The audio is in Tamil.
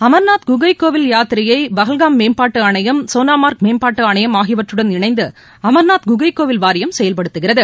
அமர்நாத் குகைக்கோவில் யாத்திரையை பஹல்காம் மேம்பாட்டு ஆணையம் சோனாமார்க் மேம்பாட்டு ஆணையம் ஆகியவற்றடன் இணைந்து அமர்நாத் குகைக்கோவில் வாரியம் செயல்படுத்துகிறது